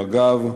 מג"ב,